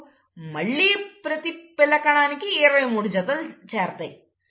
ఇప్పుడు మళ్లీ ప్రతి పిల్ల కణానికి 23 జతలు చేరతాయి